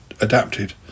adapted